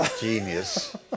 genius